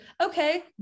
okay